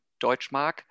deutschmark